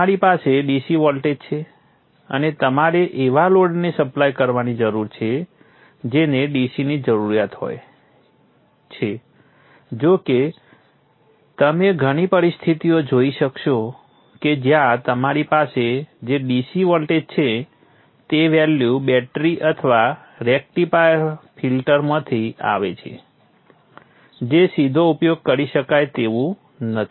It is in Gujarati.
તમારી પાસે DC વોલ્ટેજ છે અને તમારે એવા લોડને સપ્લાય કરવાની જરૂર છે જેને DC ની જરૂરિયાત હોય છે જો કે તમે ઘણી પરિસ્થિતિઓ જોઇ શકશો કે જ્યાં તમારી પાસે જે DC વોલ્ટેજ છે તે વેલ્યુ બેટરી અથવા રેક્ટિફાયર ફિલ્ટર માંથી આવે છે જે સીધો ઉપયોગ કરી શકાતું નથી